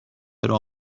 راه